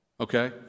Okay